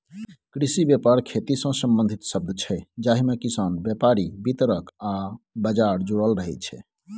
कृषि बेपार खेतीसँ संबंधित शब्द छै जाहिमे किसान, बेपारी, बितरक आ बजार जुरल रहय छै